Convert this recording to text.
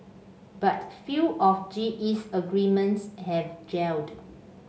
but few of G E's agreements have gelled